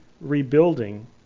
rebuilding